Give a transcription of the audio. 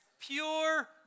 Pure